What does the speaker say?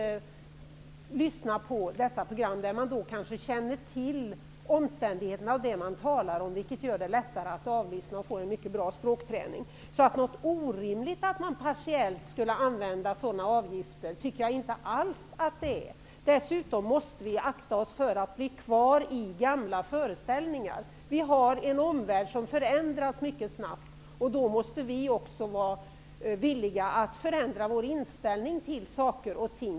När man lyssnar till dessa program känner man ofta till omständigheterna och de saker som det talas om, vilket gör det lättare att lyssna. Man får därigenom en mycket bra språkträning. Jag tycker inte att det är orimligt att partiellt använda sådana avgifter. Dessutom måste vi akta oss för att bli kvar i gamla föreställningar. Omvärlden förändras mycket snabbt, och vi måste då också vara villiga att förändra vår inställning till saker och ting.